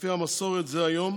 לפי המסורת זה היום